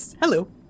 hello